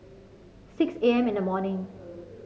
six A M in the morning